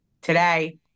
Today